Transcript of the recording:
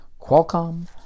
Qualcomm